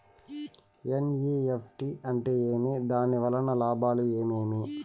NEFT అంటే ఏమి? దాని వలన లాభాలు ఏమేమి